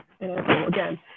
again